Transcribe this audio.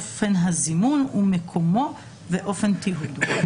אופן הזימון ומקומו ואופן תיעודו.